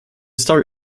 story